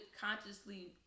consciously